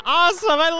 awesome